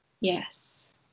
Yes